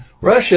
Russia